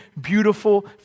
beautiful